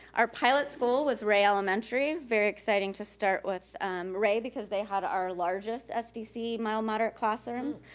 our pilot school was rea elementary, very exciting to start with rea because they had our largest sdc mild moderate classrooms.